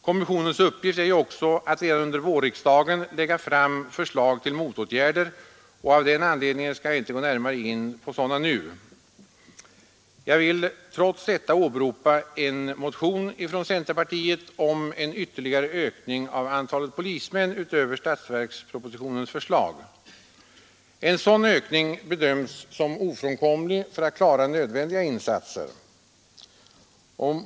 Kommissionens uppgift är ju också att redan under vårriksdagen lägga fram förslag till motåtgärder, och av den anledningen skall jag inte gå närmare in på sådana nu. Jag vill trots detta åberopa en motion från centerpartiet om en ytterligare ökning av antalet polismän utöver statsverkspropositionens förslag. En sådan ökning bedöms som ofrånkomlig för att klara nödvändiga insatser.